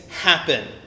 happen